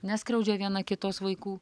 neskriaudžia viena kitos vaikų